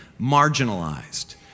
marginalized